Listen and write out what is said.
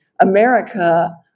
America